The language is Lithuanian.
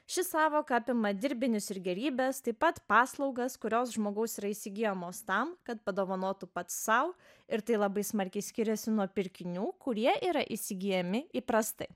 ši sąvoka apima dirbinius ir gėrybes taip pat paslaugas kurios žmogaus yra įsigyjamos tam kad padovanotų pats sau ir tai labai smarkiai skiriasi nuo pirkinių kurie yra įsigyjami įprastai